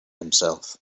himself